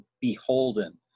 beholden